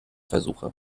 versuche